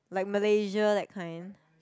like Malaysia that kind